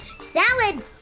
salad